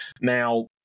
Now